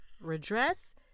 redress